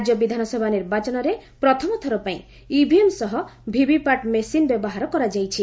ରାଜ୍ୟ ବିଧାନସଭା ନିର୍ବାଚନରେ ପ୍ରଥମ ଥର ପାଇଁ ଇଭିଏମ୍ ସହ ଭିଭିପିଏଟି ମେସିନ ବ୍ୟବହାର କରାଯାଇଛି